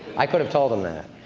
i could have told them that.